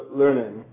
learning